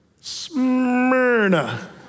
Smyrna